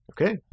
Okay